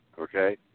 okay